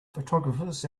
photographers